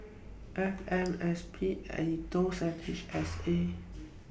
F M S P Aetos and H S A